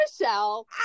Michelle